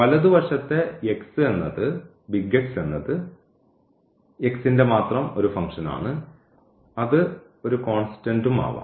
വലതുവശത്തെ എന്നത് ന്റെ മാത്രം ഒരു ഫംഗ്ഷൻ ആണ് അത് ഒരു കോൺസ്റ്റന്റും ആവാം